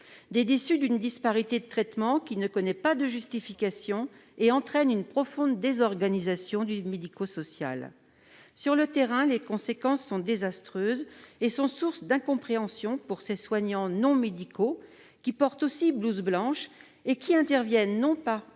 sont déçus par une disparité de traitement qui ne connaît pas de justification et entraîne une profonde désorganisation du médico-social. Sur le terrain, les conséquences sont désastreuses et source d'incompréhension pour ces soignants non médicaux, qui portent aussi blouse blanche et qui interviennent non pas